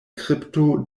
kripto